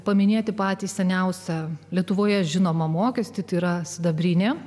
paminėti patį seniausią lietuvoje žinomą mokestį yra sidabrinė